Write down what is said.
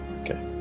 Okay